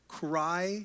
cry